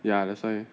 ya that's why